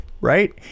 Right